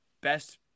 best